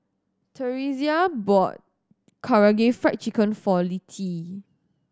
Theresia bought Karaage Fried Chicken for Littie